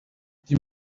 die